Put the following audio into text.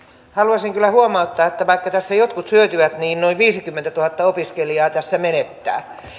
haluaisin kyllä huomauttaa että vaikka tässä jotkut hyötyvät niin noin viisikymmentätuhatta opiskelijaa tässä menettää